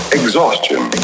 exhaustion